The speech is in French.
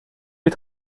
les